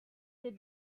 did